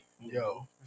Yo